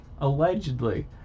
allegedly